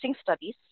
Studies